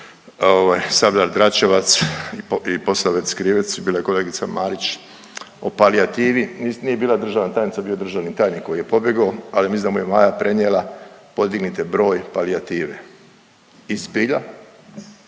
Sabljar-Dračevac i Posavec Krivec, bila je kolegica Marić, o palijativi. Nije bila državna tajnica, bio je državni tajnik koji je pobjegao, ali mislim da mu je Maja prenijela podignite broj palijative i zbilja,